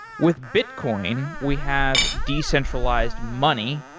with bitcoin, we have decentralized money.